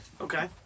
Okay